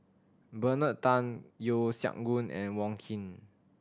Bernard Tan Yeo Siak Goon and Wong Keen